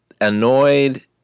annoyed